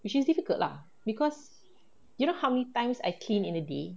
which is difficult lah because you know how many times I clean in a day